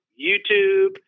YouTube